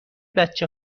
بچه